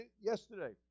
yesterday